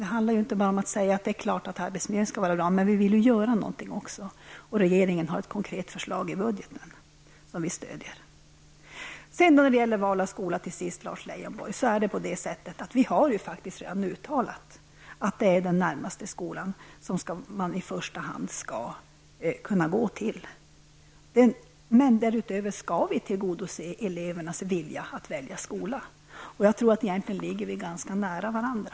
Det handlar inte bara om att säga att arbetsmiljön självfallet skall vara bra. Vi vill göra någonting också, och regeringen har ett konkret förslag i budgeten som vi stöder. När det till sist gäller val av skola, Lars Leijonborg, har vi faktiskt redan uttalat att det är den närmaste skolan som man i första hand skall kunna gå till. Men därutöver skall vi tillgodose elevernas vilja när det gäller att välja skola.